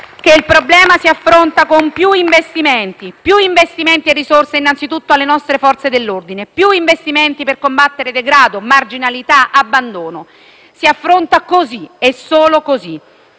che il problema si affronta con più investimenti: più risorse, anzitutto, alle nostre Forze dell'ordine; più investimenti per combattere degrado, marginalità, abbandono. Si affronta così e solo così;